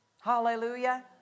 Hallelujah